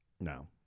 No